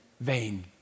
vain